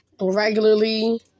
regularly